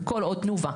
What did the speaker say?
וכל עוד תנובה,